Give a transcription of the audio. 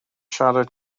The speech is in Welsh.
siarad